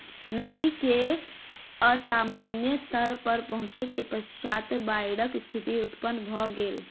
नदी के असामान्य स्तर पर पहुँचै के पश्चात बाइढ़क स्थिति उत्पन्न भ गेल